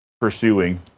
pursuing